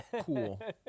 cool